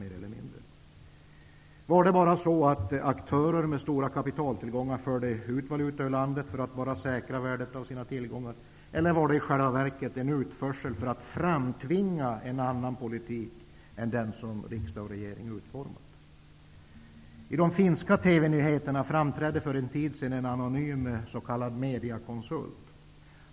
Var det bara så att aktörer med stora kapitaltillgångar förde ut valuta ur landet för att säkra värdet av sina tillgångar eller var det i själva verket en utförsel för att framtvinga en annan politik än den som riksdag och regering utformat? I de finska TV-nyheterna framträdde för en tid sedan en anonym s.k. mediakonsult.